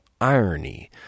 irony